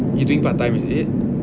he doing part time is it